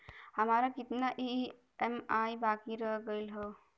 हमार कितना ई ई.एम.आई बाकी रह गइल हौ?